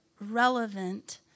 relevant